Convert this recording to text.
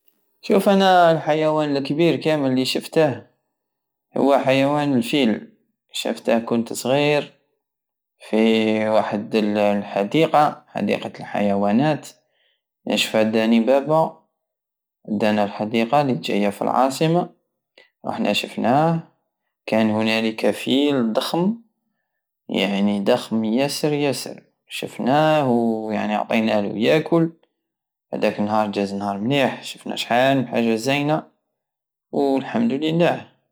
شوف انا الحيوان الكبير كامل الي شفته هو حيوان الفيل شفته كنت صغير في واحد الحديقة حديقة الحيوانات نشفى داني بابا دانى للحديقة لي جاية في العاصمة رحنا شفناه كان هنالك فيل ضخم يعني ضخم ياسر ياسر شفناه وعطينالو ياكل هداك النهار جاز نهار مليح شفنا شحال من حاجة زينة والحمد لله